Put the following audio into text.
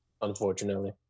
Unfortunately